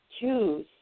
choose